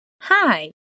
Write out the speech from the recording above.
Hi